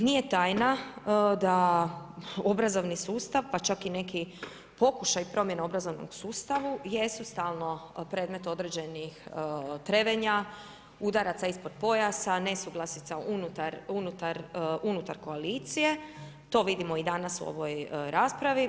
Nije tajna, da obrazovni sustav, pa čak i neki pokušaji promjena obrazovnog sustavu jesu stalno predmet određenih trevenja, udaraca ispod pojasa, nesuglasica unutar koalicije, to vidimo i danas u ovoj raspravi.